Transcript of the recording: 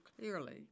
clearly